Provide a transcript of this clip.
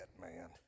man